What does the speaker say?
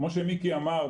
כמו שמיקי אמר,